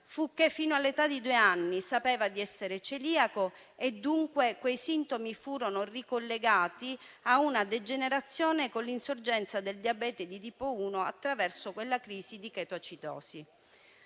fu che, fin dall'età di due anni, sapeva di essere celiaco e, dunque, quei sintomi furono ricollegati a una degenerazione della patologia con insorgenza di diabete di tipo 1 attraverso quella crisi di chetoacidosi.